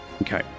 Okay